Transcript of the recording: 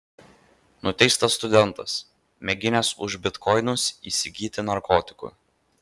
nuteistas studentas mėginęs už bitkoinus įsigyti narkotikų